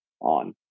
on